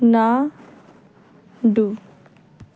Nadu